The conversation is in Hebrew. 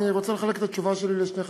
אני רוצה לחלק את התשובה שלי לשני חלקים: